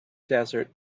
desert